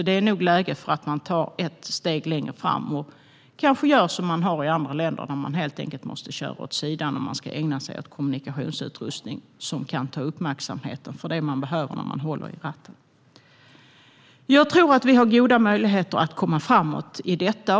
Det är nog läge att vi tar detta ett steg längre och kanske gör som man har gjort i andra länder där förare helt enkelt måste köra åt sidan om de ska ägna sig åt kommunikationsutrustning som kan ta uppmärksamheten från ratten. Jag tror att vi har goda möjligheter att komma framåt i detta.